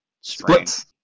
splits